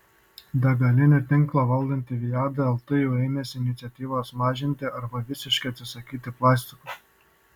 degalinių tinklą valdanti viada lt jau ėmėsi iniciatyvos mažinti arba visiškai atsisakyti plastiko